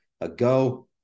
ago